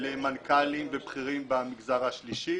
למנכ"לים ובכירים במגזר השלישי.